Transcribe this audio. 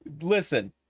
listen